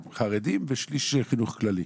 חרדי, וכשליש הוא חינוך כללי.